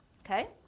Okay